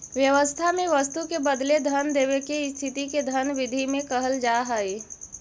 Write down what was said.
व्यवस्था में वस्तु के बदले धन देवे के स्थिति के धन विधि में कहल जा हई